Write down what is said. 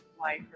life